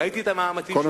ראיתי את המאמצים שנעשו,